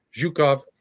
Zhukov